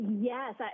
Yes